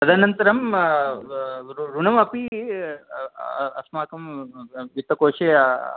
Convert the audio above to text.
तदनन्तरम् ऋणमपि अस्माकं वित्तकोषे